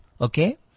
Okay